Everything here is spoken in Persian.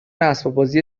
اسباببازی